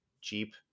cheap